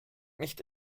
nicht